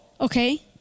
Okay